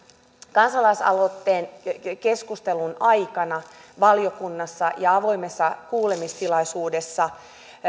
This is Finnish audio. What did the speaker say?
kansalaisaloitteen keskustelun aikana valiokunnassa ja avoimessa kuulemistilaisuudessa